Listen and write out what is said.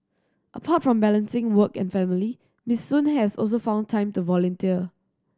apart from balancing work and family Miss Sun has also found time to volunteer